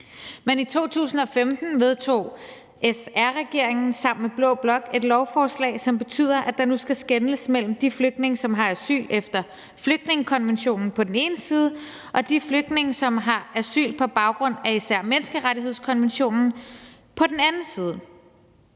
Men i 2015 vedtog SR-regeringen sammen med blå blok et lovforslag, som betyder, at der nu skal skelnes mellem de flygtninge, som har asyl efter flygtningekonventionen på den ene side, og de flygtninge, som har asyl på baggrund af især menneskerettighedskonventionen på den anden side.